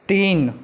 तीन